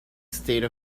state